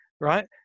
right